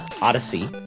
Odyssey